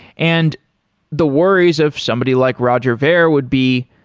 and the worries of somebody like roger ver would be,